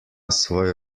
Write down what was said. svoj